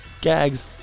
gags